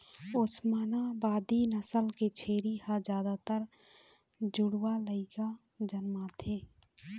ओस्मानाबादी नसल के छेरी ह जादातर जुड़वा लइका जनमाथे